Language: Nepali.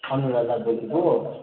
अनुराधा बोलेको